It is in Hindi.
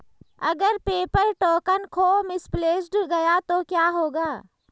अगर पेपर टोकन खो मिसप्लेस्ड गया तो क्या होगा?